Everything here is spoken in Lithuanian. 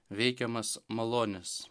veikiamas malonės